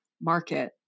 market